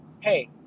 hey